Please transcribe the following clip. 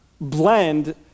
blend